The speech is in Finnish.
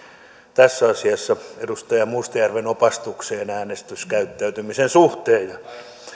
tässä asiassa edustaja mustajärven opastukseen äänestyskäyttäytymisen suhteen